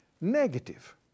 negative